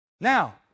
Now